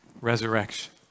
resurrection